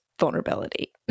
vulnerability